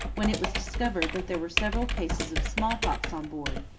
when it was discovered that there were several cases of smallpox on board,